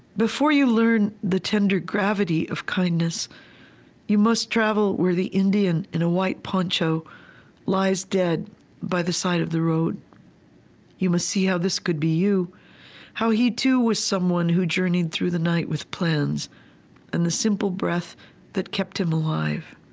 before you learn the tender gravity of kindness you must travel where the indian in a white poncho lies dead by the side of the road you must see how this could be you how he too was someone who journeyed through the night with plans and the simple breath that kept him alive